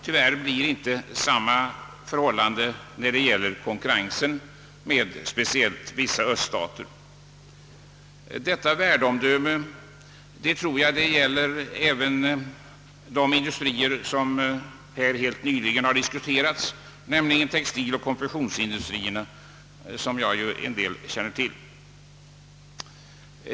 Tyvärr blir förhållandet inte detsamma i fråga om konkurrensen med speciellt vissa öststater, och detta värdeomdöme gäller nog även de industrier som här har diskuterats, nämligen textiloch konfektionsindustrierna, vilka jag rätt väl känner till.